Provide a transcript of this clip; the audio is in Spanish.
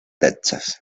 texas